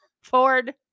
Ford